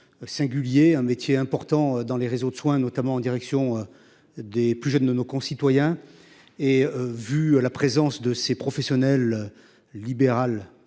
Singulier un métier important dans les réseaux de soins, notamment en direction. Des plus jeunes de nos concitoyens et vu la présence de ces professionnels. Libéral